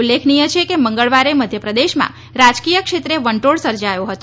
ઉલ્લેખનિય છે કે મંગળવારે મધ્યપ્રદેશમાં રાજકીય ક્ષેત્રે વંટોળ સર્જાયો હતો